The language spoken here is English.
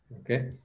okay